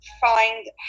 find